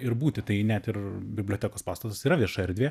ir būti tai net ir bibliotekos pastatas yra vieša erdvė